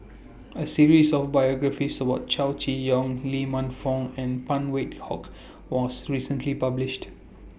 A series of biographies What Chow Chee Yong Lee Man Fong and Phan Wait Hong was recently published